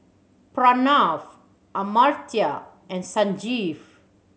Pranav Amartya and Sanjeev